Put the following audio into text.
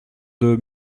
deux